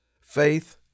faith